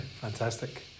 Fantastic